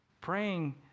Praying